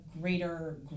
greater